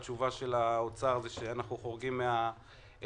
התשובה של האוצר היא שאנחנו חורגים מהתקציב.